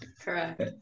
Correct